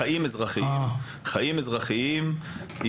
חיים אזרחיים עם